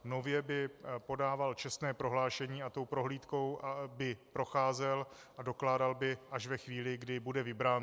Nově by podával čestné prohlášení a tou prohlídkou by procházel a dokládal by až ve chvíli, kdy bude vybrán.